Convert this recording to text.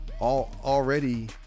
already